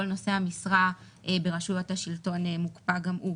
נושאי המשרה ברשויות השלטון מוקפא גם הוא.